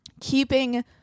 keeping